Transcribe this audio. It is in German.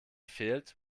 fehlt